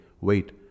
wait